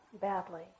badly